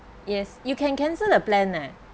yes you can cancel the plan eh